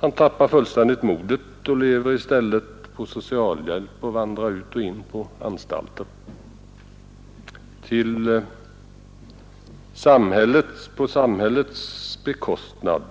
Han tappar då fullständigt modet och lever i stället på socialhjälp och vandrar ut och in på anstalter på samhällets bekostnad.